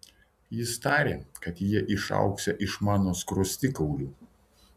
jis tarė kad jie išaugsią iš mano skruostikaulių